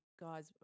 guys